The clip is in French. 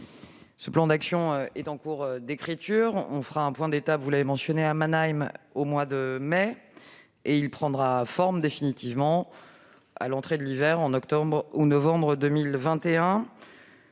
Ce plan d'action est en cours d'écriture- un point d'étape sera réalisé à Mannheim au mois de mai -, et il prendra forme définitivement à l'entrée de l'hiver, en octobre ou en novembre 2021.